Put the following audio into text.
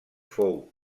fou